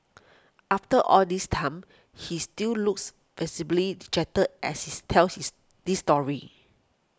after all this time he still looks visibly dejected as he's tells is this story